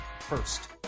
first